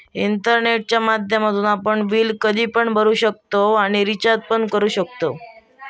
इंटरनेटच्या माध्यमातना आपण कधी पण बिल भरू शकताव आणि रिचार्ज पण करू शकताव